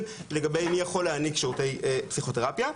לגבי מי יכול להעניק שירותי פסיכותרפיה.